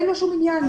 אין לו שום עניין.